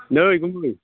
नै गुमै